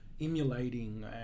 emulating